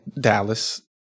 Dallas